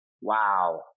Wow